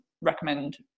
recommend